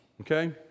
Okay